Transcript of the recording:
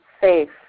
safe